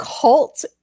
cult